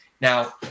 Now